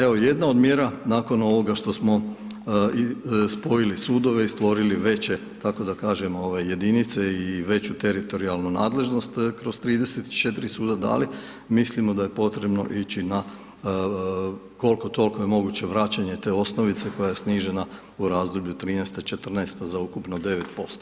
Evo, jedna od mjera nakon ovoga što smo spojili sudove i stvorili veće kako da kažemo jedinice i veće teritorijalnu nadležnost kroz 34 suda, da li mislimo da je potrebno ići na, koliko toliko je moguće vraćanje te osnovice koja je snižena u razdoblju 2013.-2014. za ukupno 9%